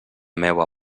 meua